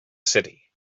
city